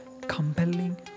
compelling